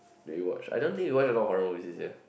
do you watch I don't think you watch a lot horror movie this year